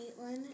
Caitlin